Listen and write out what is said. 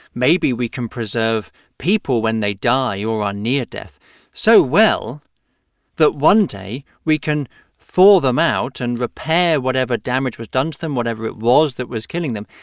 maybe we can preserve people when they die or are near death so well that one day, we can thaw them out and repair whatever damage was done to them, whatever it was that was killing them.